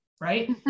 right